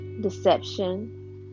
deception